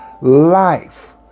Life